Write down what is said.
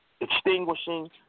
Extinguishing